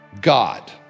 God